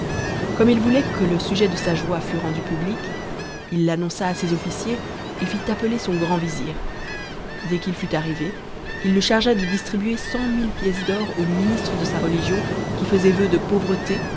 comme il voulait que le sujet de sa joie rendu publie il i annon a a ses officiers et ut appeler son grand vtxu do ott'if fut arrivé il le chargea de distribuer cent mille pièces d'or aux ministres de sa religion qui faisaient vœu de pauvreté